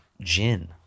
gin